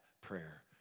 prayer